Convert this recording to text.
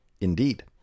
Indeed